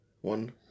one